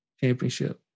championship